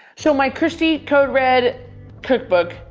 so my cristy code red cookbook.